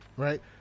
Right